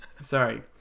Sorry